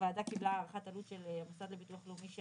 הוועדה קיבלה הערכת עלות של המוסד לביטוח לאומי של